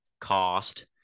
cost